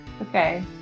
Okay